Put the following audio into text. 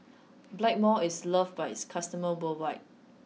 blackmores is loved by its customers worldwide